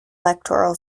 electoral